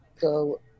go